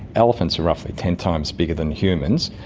elephants are roughly ten times bigger than humans,